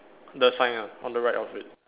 the sign ah on the right of it